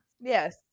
yes